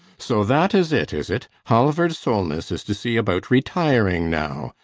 so that is it, is it? halvard solness is to see about retiring now!